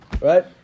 right